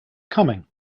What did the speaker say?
coming